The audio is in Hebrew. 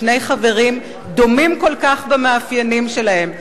שני חברים דומים כל כך במאפיינים שלהם: